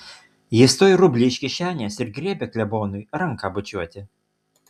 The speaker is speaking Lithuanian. jis tuoj rublį iš kišenės ir griebia klebonui ranką bučiuoti